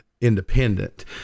independent